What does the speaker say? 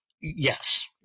Yes